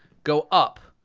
go up,